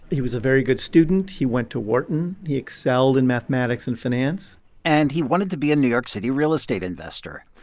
he was a very good student. he went to wharton. he excelled in mathematics and finance and he wanted to be a new york city real estate investor.